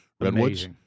Redwoods